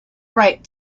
right